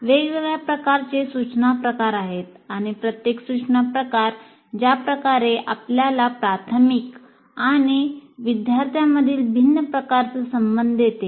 वेगवेगळ्या प्रकारचे सूचना प्रकार आहेत आणि प्रत्येक सूचना प्रकार ज्या प्रकारे आपल्याला प्रशिक्षक आणि विद्यार्थ्यांमधील भिन्न प्रकारचा संबंध देते